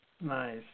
Nice